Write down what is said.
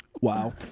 Wow